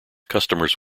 customers